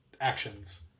actions